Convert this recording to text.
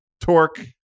torque